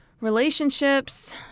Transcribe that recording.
relationships